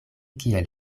kiel